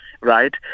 right